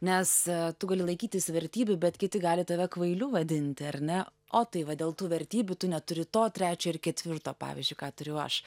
nes tu gali laikytis vertybių bet kiti gali tave kvailiu vadinti ar ne o tai va dėl tų vertybių tu neturi to trečio ir ketvirto pavyzdžiui ką turiu aš